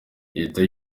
leta